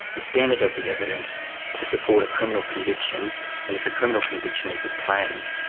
the standard of the evidence to support a criminal conviction and if a criminal conviction is obtained,